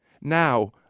Now